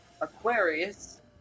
Aquarius